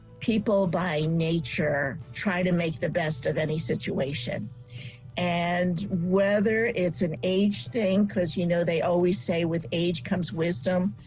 people by nature try to make the best of any situation and whether it's an age thing because you know they always say with age comes wisdom.